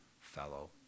fellow